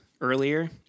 earlier